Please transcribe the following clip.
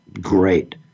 Great